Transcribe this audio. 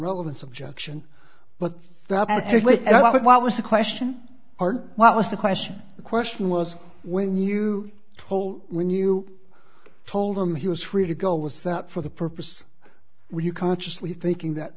relevance objection but i thought what was the question what was the question the question was when you told when you told him he was free to go was that for the purpose when you consciously thinking that